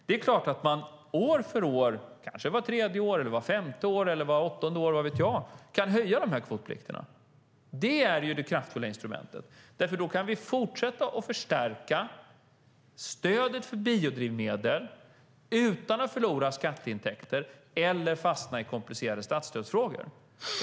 Det är klart att man år för år - kanske vart tredje, vart femte eller vart åttonde år, vad vet jag - kan höja kvotplikterna. Det är det kraftfulla instrumentet. Då kan vi fortsätta att förstärka stödet för biodrivmedel utan att förlora skatteintäkter eller fastna i komplicerade statsstödsfrågor.